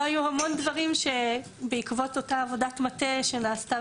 לא היו המון דברים שנולדו בעקבות אותה עבודת מטה שנעשתה